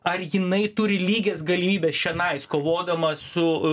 ar jinai turi lygias galimybes čianais kovodama su